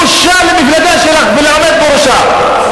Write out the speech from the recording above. בושה למפלגה שלך ולעומד בראשה.